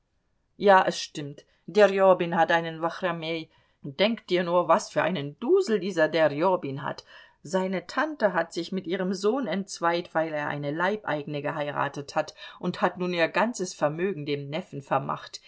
ja es stimmt derebin hat einen wachramej denk dir nur was für einen dusel dieser derebin hat seine tante hat sich mit ihrem sohn entzweit weil er eine leibeigene geheiratet hat und hat nun ihr ganzes vermögen dem neffen vermacht